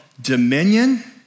dominion